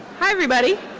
hi everybody.